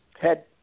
Head